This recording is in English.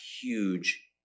huge